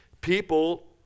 People